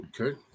Okay